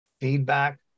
feedback